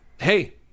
Hey